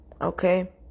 okay